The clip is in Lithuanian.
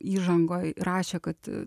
įžangoj rašė kad